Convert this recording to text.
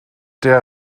der